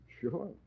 Sure